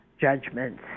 judgments